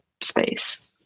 space